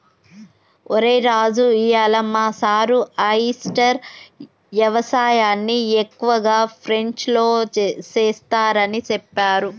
ఒరై రాజు ఇయ్యాల మా సారు ఆయిస్టార్ యవసాయన్ని ఎక్కువగా ఫ్రెంచ్లో సెస్తారని సెప్పారు